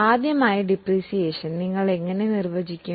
ആദ്യമായി മൂല്യത്തകർച്ചയെ നിങ്ങൾ എങ്ങനെ നിർവചിക്കും